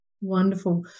Wonderful